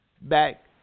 back